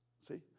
See